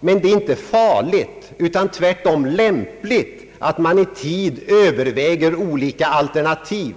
men det är inte farligt utan tvärtom lämpligt att man i tid överväger olika alternativ.